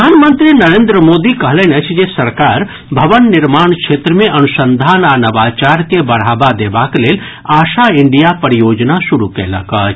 प्रधानमंत्री नरेन्द्र मोदी कहलनि अछि जे सरकार भवन निर्माण क्षेत्र मे अनुसंधान आ नवाचार के बढ़ावा देबाक लेल आशा इण्डिया परियोजना शुरू कयलक अछि